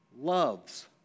loves